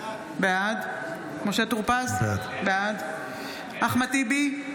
בעד משה טור פז, בעד אחמד טיבי,